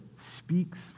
speaks